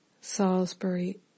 Salisbury